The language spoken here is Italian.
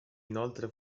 inoltre